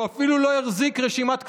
הוא אפילו לא החזיק רשימת כתובות.